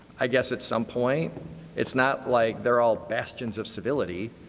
i guess at some point it's not like they are all bastions of stability.